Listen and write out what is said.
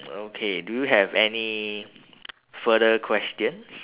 okay do you have any further questions